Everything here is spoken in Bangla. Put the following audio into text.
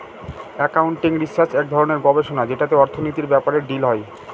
একাউন্টিং রিসার্চ এক ধরনের গবেষণা যেটাতে অর্থনীতির ব্যাপারে ডিল হয়